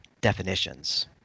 definitions